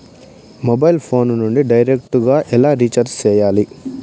mobile phone నుండి direct గా ఎలా రీచార్జి సేయాలి